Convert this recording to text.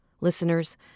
Listeners